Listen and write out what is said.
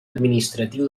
administratiu